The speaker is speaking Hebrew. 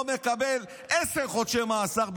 לא מקבל עשרה חודשי מאסר,